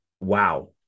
wow